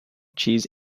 cheese